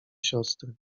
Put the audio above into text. siostry